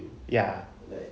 ya